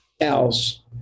else